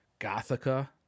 Gothica